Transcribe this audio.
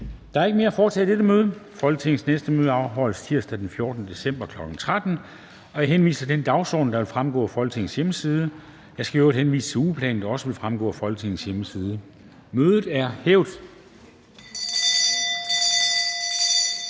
Der er ikke mere at foretage i dette møde. Folketingets næste møde afholdes tirsdag den 14. december 2021, kl. 13.00. Jeg henviser til den dagsorden, der vil fremgå af Folketingets hjemmeside. Jeg skal i øvrigt henvise til ugeplanen, der også vil fremgå af Folketingets hjemmeside. Mødet er hævet.